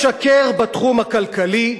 וכה אמר שאול מופז: "הוא משקר בתחום הכלכלי,